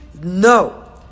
No